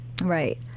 Right